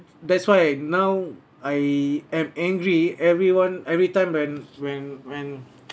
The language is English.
that's why now I am angry everyone every time when when when